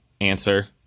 answer